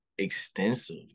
Extensive